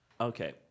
Okay